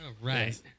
right